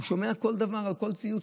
הוא שומע כל דבר, על כל ציוץ.